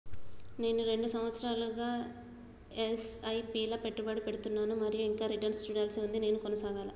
నేను రెండు సంవత్సరాలుగా ల ఎస్.ఐ.పి లా పెట్టుబడి పెడుతున్నాను మరియు ఇంకా రిటర్న్ లు చూడాల్సి ఉంది నేను కొనసాగాలా?